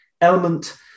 element